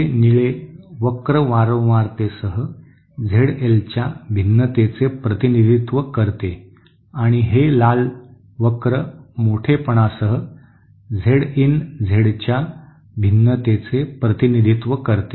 हे निळे वक्र वारंवारतेसह झेड एलच्या भिन्नतेचे प्रतिनिधित्व करते आणि हे लाल वक्र मोठेपणासह झेड इन झेडच्या भिन्नतेचे प्रतिनिधित्व करते